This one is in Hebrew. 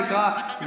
תקרא,